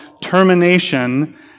termination